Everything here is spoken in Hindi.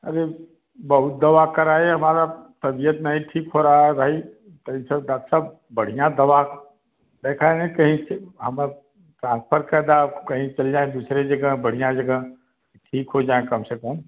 अरे बहुत दवा कराए हमारा तबियत नहीं ठीक हो रहा है भाई तनिक सा डाक साहब बढ़ियाँ दवा देखैं कहीं से हमार ट्रांसफर कर दें कहीं चले जाएँ दूसरी जगह बढ़ियाँ जगह तो ठीक हो जाएँ कम से कम